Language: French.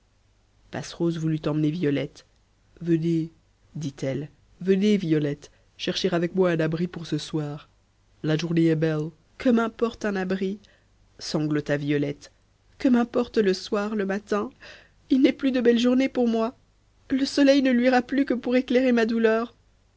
passerose voulut emmener violette venez dit-elle venez violette chercher avec moi un abri pour ce soir la journée est belle que m'importe un abri sanglota violette que m'importe le soir le matin il n'est plus de belles journées pour moi le soleil ne luira plus que pour éclairer ma douleur